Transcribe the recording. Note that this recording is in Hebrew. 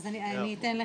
אני אתן לך.